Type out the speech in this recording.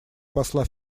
посла